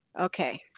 Okay